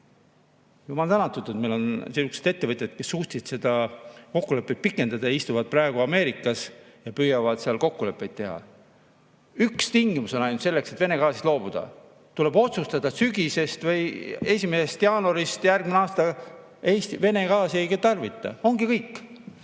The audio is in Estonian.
Jumal tänatud, et meil on niisugused ettevõtjad, kes suutsid seda kokkulepet pikendada ja istuvad praegu Ameerikas ja püüavad seal kokkuleppeid teha. Üks tingimus on ainult selleks, et Vene gaasist loobuda: tuleb otsustada, et sügisest või 1. jaanuarist järgmisel aastal Eesti Vene gaasi ei tarvita. Ongi kõik.